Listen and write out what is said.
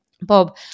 Bob